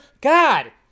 God